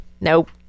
Nope